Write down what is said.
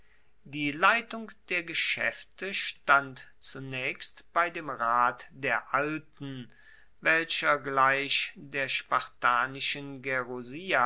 die leitung der geschaefte stand zunaechst bei dem rat der alten welcher gleich der spartanischen